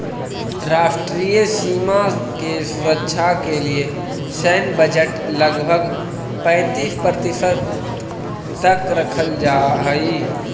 राष्ट्रीय सीमा के सुरक्षा के लिए सैन्य बजट लगभग पैंतीस प्रतिशत तक रखल जा हई